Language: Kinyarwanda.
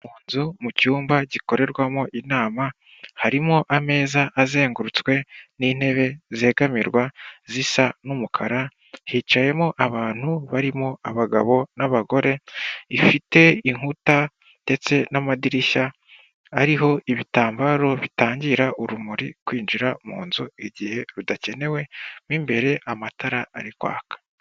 Mu nzu mu cyumba gikorerwamo inama harimo ameza azengurutswe n'intebe zegamirwa zisa n'umukara, hicayemo abantu barimo abagabo n'abagore, ifite inkuta ndetse n'amadirishya ariho ibitambaro bitangira urumuri kwinjira mu nzu igihe rudakenewe mo imbere igihe amatara ari kwaka.